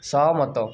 ସହମତ